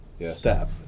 step